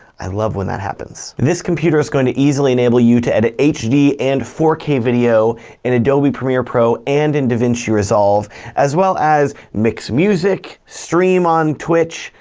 i love when that happens. this computer's gonna easily enable you to edit hd and four k video in adobe premiere pro and in davinci resolve as well as mix music, stream on twitch,